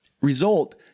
result